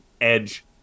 edge